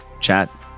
chat